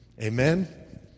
Amen